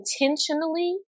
intentionally